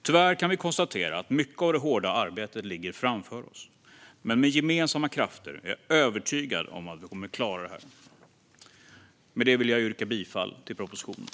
Tyvärr kan vi konstatera att mycket av det hårda arbetet ligger framför oss. Men med gemensamma krafter är jag övertygad om att vi kommer att klara detta. Med detta vill jag yrka bifall till utskottets förslag.